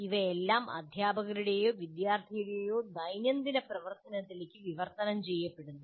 ഇവയെല്ലാം അധ്യാപകരുടെയോ വിദ്യാർത്ഥിയുടെയോ ദൈനംദിന പ്രവർത്തനത്തിലേക്ക് വിവർത്തനം ചെയ്യപ്പെടുന്നു